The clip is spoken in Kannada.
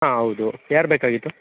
ಹಾಂ ಹೌದು ಯಾರು ಬೇಕಾಗಿತ್ತು